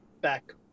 back